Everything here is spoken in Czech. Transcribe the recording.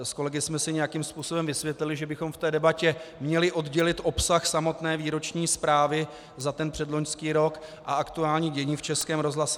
S kolegy jsme si nějakým způsobem vysvětlili, že bychom v té debatě měli oddělit obsah samotné výroční zprávy za předloňský rok a aktuální dění v Českém rozhlase.